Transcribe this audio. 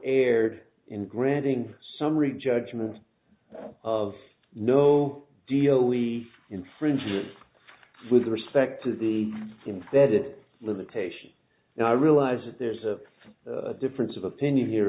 erred in granting summary judgment of no deal we infringed with respect to the confederate limitation and i realize that there's a difference of opinion here